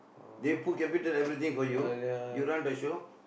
they put capital everything for you you run the show